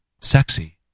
sexy